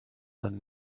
and